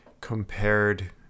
compared